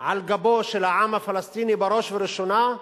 על גבו של העם הפלסטיני, בראש ובראשונה,